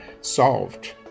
solved